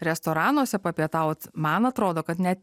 restoranuose papietaut man atrodo kad net